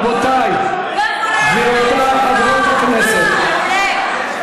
גבירותיי חברות הכנסת.